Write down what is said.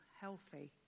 healthy